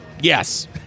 Yes